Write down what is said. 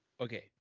Okay